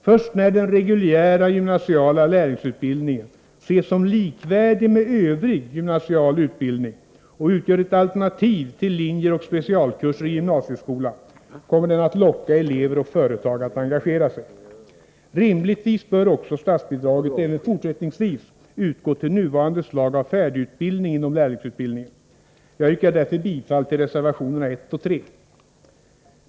Först när den reguljära gymnasiala lärlingsutbildningen anses vara likvärdig med övrig gymnasial utbildning och utgör ett alternativ till linjer och specialkurser i gymnasieskolan kommer den att locka elever och företag att engagera sig. Rimligtvis bör också statsbidrag även fortsättningsvis utgå till nuvarande slag av färdigutbildning inom lärlingsutbildningen. Jag yrkar därför bifall till reservationerna 1 och 3.